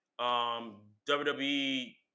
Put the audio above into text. WWE